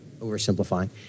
oversimplifying